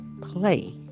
play